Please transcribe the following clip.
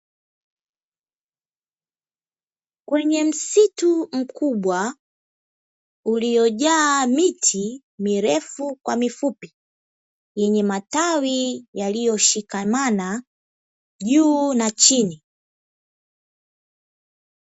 Kwenye msitu mkubwa uliojaa miti mirefu kwa mifupi, yenye matawi yakiyoshikamana juu na chini.